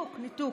ניתוק.